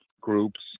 groups